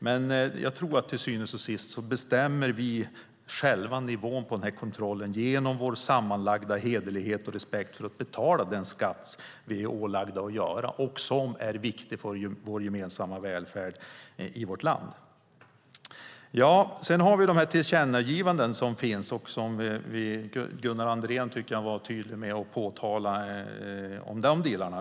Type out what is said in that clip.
Men jag tror att vi till syvende och sist själva bestämmer nivån på kontrollen genom vår sammanlagda hederlighet och respekt för att betala den skatt som vi är ålagda att betala och som är viktig för vår gemensamma välfärd i vårt land. Sedan har vi de tillkännagivanden som finns. Jag tycker att Gunnar Andrén var tydlig med att påtala de delarna.